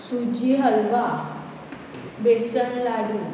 सुजी हलवा बेसन लाडू